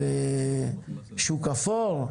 של שוק אפור,